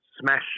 smash